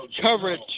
coverage